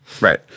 Right